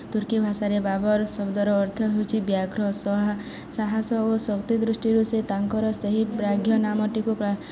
ତୁର୍କୀ ଭାଷାରେ ବାବର ଶବ୍ଦର ଅର୍ଥ ହେଉଛି ବ୍ୟାଘ୍ର ସାହସ ଓ ଶକ୍ତି ଦୃଷ୍ଟିରୁ ସେ ତାଙ୍କର ସେହି ବ୍ରାଘ୍ୟ ନାମଟିକୁ